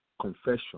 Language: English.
confession